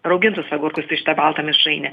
raugintus agurkus į šitą baltą mišrainę